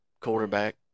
quarterback